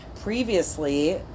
previously